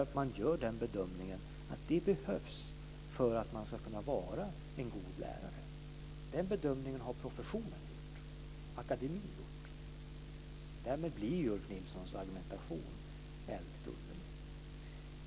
Man gör nämligen den bedömningen att det behövs för att lärarstudenterna ska kunna bli goda lärare. Den bedömningen har professionen, akademin, gjort. Därmed blir Ulf Nilssons argumentation väldigt underlig.